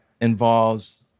involves